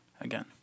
again